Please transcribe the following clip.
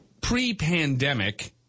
pre-pandemic